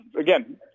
again